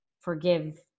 forgive